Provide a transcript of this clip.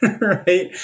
right